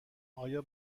آیا